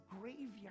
graveyard